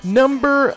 number